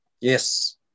yes